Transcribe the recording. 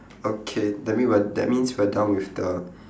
okay that mean we're that means we're done with the